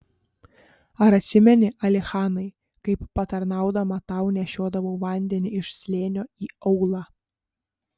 ar atsimeni alichanai kaip patarnaudama tau nešiodavau vandenį iš slėnio į aūlą